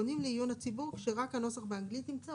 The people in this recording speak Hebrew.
פונים לעיון הציבור כשרק הנוסח באנגלית נמצא,